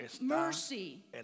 mercy